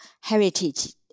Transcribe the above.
heritage